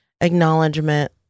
acknowledgement